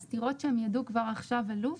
הסתירות שהם ידעו כבר עכשיו עלו,